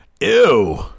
Ew